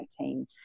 2018